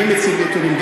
אני מציג נתונים.